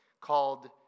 called